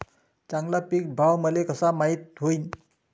चांगला पीक भाव मले कसा माइत होईन?